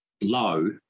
low